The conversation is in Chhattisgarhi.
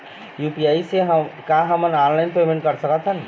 यू.पी.आई से का हमन ऑनलाइन पेमेंट कर सकत हन?